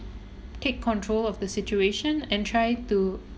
take control of the situation and try to